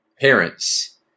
parents